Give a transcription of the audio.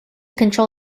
control